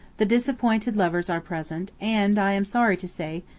the disappointed lovers are present and, i am sorry to say,